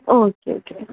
okay okay